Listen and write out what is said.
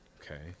Okay